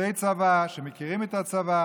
יוצאי צבא, שמכירים את הצבא,